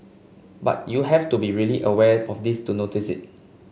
but you have to be really aware of this to notice it